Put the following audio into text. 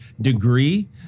degree